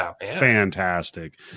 fantastic